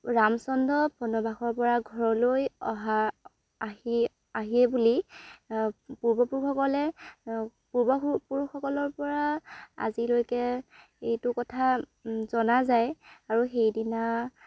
ৰামচন্দ্ৰ বনবাসৰ পৰা ঘৰলৈ অহা আহি আহে বুলি পূৰ্বপুৰুষসকলে পূৰ্বসুৰ পুৰুষসকলৰ পৰা আজিলৈকে এইটো কথা জনা যায় আৰু সেইদিনা